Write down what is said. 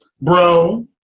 bro